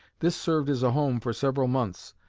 this served as a home for several months,